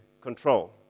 control